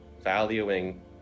valuing